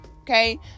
okay